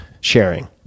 sharing